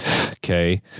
Okay